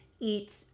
eat